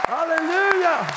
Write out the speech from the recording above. Hallelujah